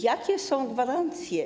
Jakie są tu gwarancje?